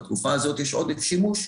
ובתרופה הזאת יש עודף שימוש,